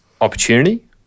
opportunity